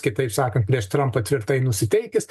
kitaip sakan prieš trampą tvirtai nusiteikęs